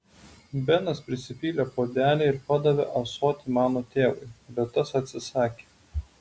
benas prisipylė puodelį ir padavė ąsotį mano tėvui bet tas atsisakė